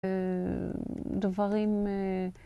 דברים